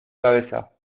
cabeza